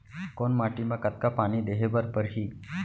कोन माटी म कतका पानी देहे बर परहि?